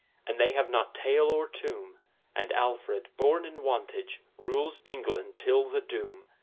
and they have not tale or tomb and alfred born in wantage rules england till the doom.